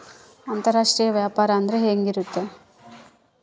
ಅಂತರಾಷ್ಟ್ರೇಯ ವ್ಯಾಪಾರ ಅಂದ್ರೆ ಹೆಂಗಿರ್ತೈತಿ?